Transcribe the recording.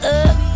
up